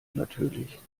natürlich